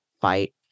fight